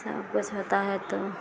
सब कुछ होता है तो